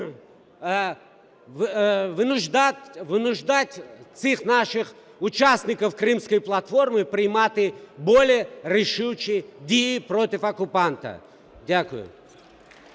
вынуждать цих наших учасників Кримської платформи приймати более рішучі дії проти окупанта. Дякую.